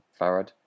Farad